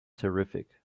terrific